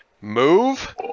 move